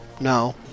No